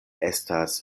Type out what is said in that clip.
estas